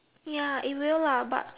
ya it will lah but